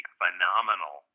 phenomenal